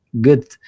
good